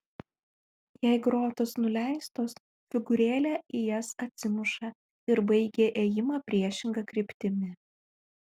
jei grotos nuleistos figūrėlė į jas atsimuša ir baigia ėjimą priešinga kryptimi